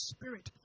Spirit